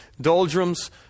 doldrums